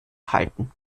halten